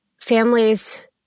families